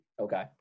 Okay